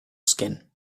skin